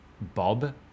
Bob